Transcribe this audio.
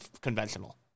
conventional